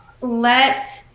let